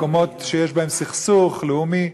מקומות שיש בהם סכסוך לאומי,